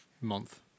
month